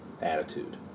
attitude